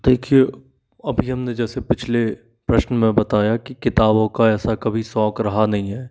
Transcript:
देखिए अभी हमने जैसे पिछले प्रश्न में बताया कि किताबों का ऐसा कभी शौक़ रहा नहीं है